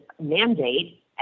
mandate